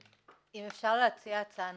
אם אפשר להציע הצעה נוספת,